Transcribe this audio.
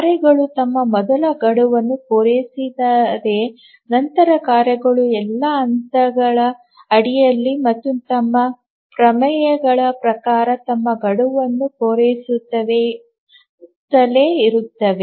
ಕಾರ್ಯಗಳು ತಮ್ಮ ಮೊದಲ ಗಡುವನ್ನು ಪೂರೈಸಿದರೆ ನಂತರ ಕಾರ್ಯಗಳು ಎಲ್ಲಾ ಹಂತಗಳ ಅಡಿಯಲ್ಲಿ ಮತ್ತು ತಮ್ಮ ಪ್ರಮೇಯಗಳ ಪ್ರಕಾರ ತಮ್ಮ ಗಡುವನ್ನು ಪೂರೈಸುತ್ತಲೇ ಇರುತ್ತವೆ